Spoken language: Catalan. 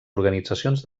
organitzacions